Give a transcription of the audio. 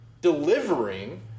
delivering